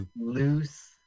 loose